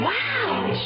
Wow